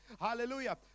Hallelujah